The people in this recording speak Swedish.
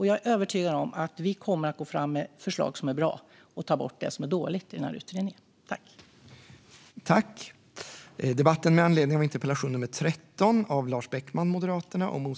Jag är övertygad om att vi kommer att gå fram med förslag som är bra och ta bort det som är dåligt i utredningen.